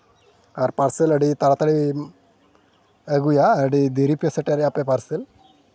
ᱟᱨ parcel ᱟᱹᱰᱤ ᱛᱟᱲᱟᱛᱟᱹᱲᱤᱢ ᱟᱹᱜᱩᱭᱟ ᱟᱹᱰᱤ ᱫᱮᱨᱤᱯᱮ ᱥᱮᱴᱮᱨᱮᱫᱟ ᱟᱯᱮ ᱯᱟᱨᱥᱮᱞ